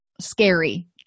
scary